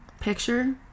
Picture